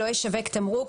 לא ישווק תמרוק,